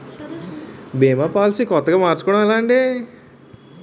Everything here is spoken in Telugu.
భీమా పోలసీ కొత్తగా మార్చుకోవడం ఎలా?